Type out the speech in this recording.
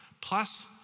plus